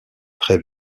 très